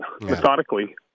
methodically